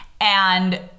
and-